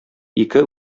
ике